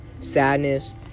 sadness